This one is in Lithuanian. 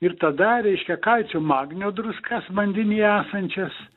ir tada reiškia kalcio magnio druskas vandenyje esančias